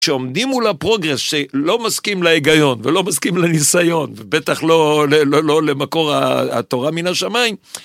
שעומדים מול הפרוגרס שלא מסכים להיגיון ולא מסכים לניסיון ובטח לא למקור התורה מן השמיים.